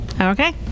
Okay